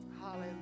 hallelujah